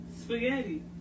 Spaghetti